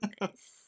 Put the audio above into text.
Nice